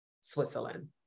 Switzerland